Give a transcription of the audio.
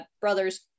brothers